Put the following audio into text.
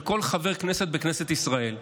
של כל חבר כנסת בכנסת ישראל,